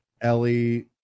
Ellie